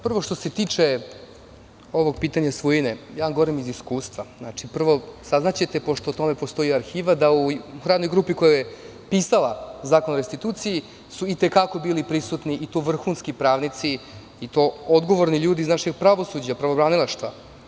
Prvo, što se tiče ovog pitanja svojine, ja vam govorim iz iskustva, znači, saznaćete pošto o tome postoji arhiva da u radnoj grupi koja je pisala Zakon o restituciji su i te kako bili prisutni i to vrhunski pravnici, i to odgovorni ljudi iz našeg pravosuđa, pravobranilaštva.